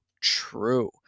true